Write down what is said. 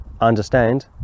understand